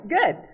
good